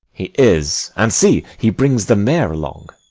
he is and, see, he brings the mayor along.